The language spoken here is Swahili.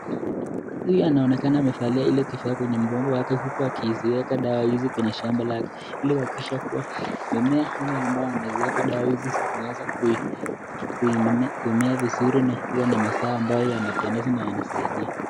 Huyu anaonekana amevalia ile kifaa kwenye mgongo wake huku akiziweka dawa hizi kwenye shamba lake ilikuhakikisha kua mimea ile ambazo anaziweka dawa hizi zimeweza kumea vizuri na kua na mazao ambayo yanapendeza na yanasaidia.